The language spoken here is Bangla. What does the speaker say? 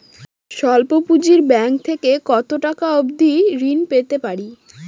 স্বল্প পুঁজির ব্যাংক থেকে কত টাকা অবধি ঋণ পেতে পারি?